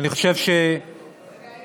תמתין רגע.